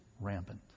rampant